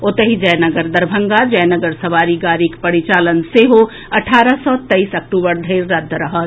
ओतहि जयनगर दरभंगा जयनगर सवारी गाड़ीक परिचालन सेहो अठारह सॅ तेईस अक्टूबर धरि रद्द रहत